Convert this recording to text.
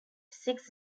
six